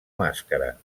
màscara